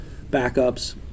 backups